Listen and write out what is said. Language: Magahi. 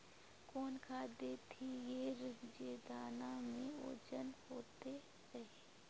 कौन खाद देथियेरे जे दाना में ओजन होते रेह?